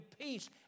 peace